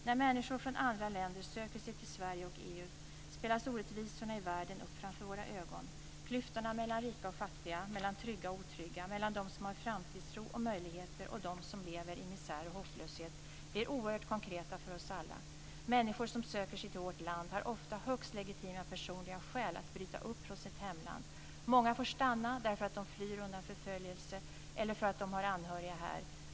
När människor från andra länder söker sig till Sverige och EU spelas orättvisorna i världen upp framför våra ögon. Klyftorna mellan rika och fattiga, mellan trygga och otrygga och mellan de som har framtidstro och möjligheter och de som lever i misär och hopplöshet blir oerhört konkreta för oss alla. Människor som söker sig till vårt land har ofta högst legitima personliga skäl för att bryta upp från sitt hemland. Många får stanna därför att de flyr undan förföljelse eller för att de har anhöriga här.